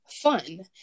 fun